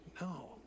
no